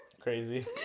Crazy